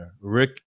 rick